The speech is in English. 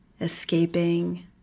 escaping